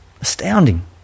Astounding